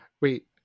wait